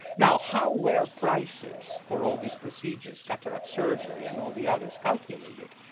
now how were prices for all these procedures, cataract surgery, and all the others, calculated?